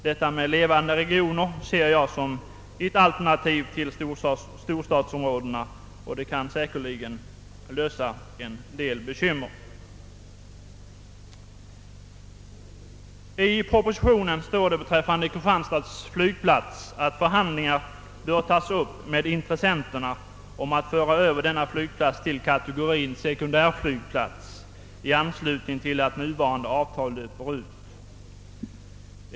Att skapa levande regioner ser jag som ett alternativ till storstadsområdena, och det kan säkerligen lösa en del problem. I propositionen sägs det beträffande Kristianstads flygplats att förhandlingar bör tas upp med intressenterna om att föra över denna flygplats till kategorin sekundärflygplatser i anslutning till att nuvarande avtal löper ut.